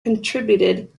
contributed